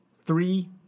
Three